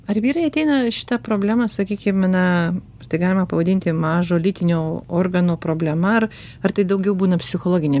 ar vyrai ateina šita problema sakykim na tai galima pavadinti mažo lytinio organo problema ar ar tai daugiau būna psichologinė